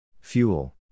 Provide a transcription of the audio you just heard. Fuel